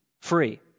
free